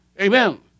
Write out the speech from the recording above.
Amen